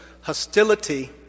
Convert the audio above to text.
hostility